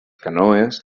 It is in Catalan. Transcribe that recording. canoes